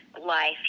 Life